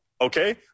okay